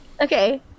okay